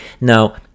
Now